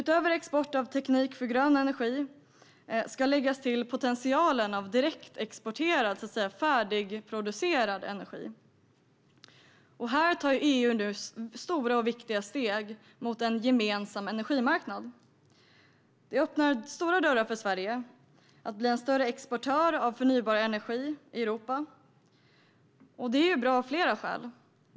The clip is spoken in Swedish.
Till export av teknik för grön energi ska läggas potentialen av direktexporterad, färdigproducerad energi. EU tar nu stora och viktiga steg mot en gemensam energimarknad. Detta öppnar dörrarna rejält för Sverige att bli en större exportör av förnybar energi i Europa. Detta är bra av flera skäl.